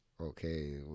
Okay